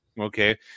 Okay